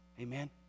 Amen